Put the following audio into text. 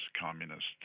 communist